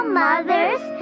mothers